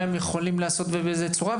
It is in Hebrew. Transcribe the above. מה הם יכולים לעשות ובאיזו צורה,